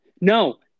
No